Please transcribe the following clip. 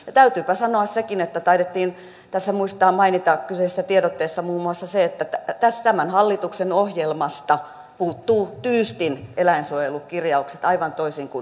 ja täytyypä sanoa sekin että taidettiin muistaa mainita tässä kyseisessä tiedotteessa muun muassa se että tämän hallituksen ohjelmasta puuttuvat tyystin eläinsuojelukirjaukset aivan toisin kuin edeltäjiensä